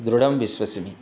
दृढं विश्वसिमि